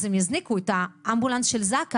אז הם יזניקו את האמבולנס של זק"א,